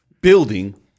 building